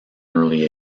early